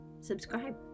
subscribe